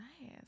Nice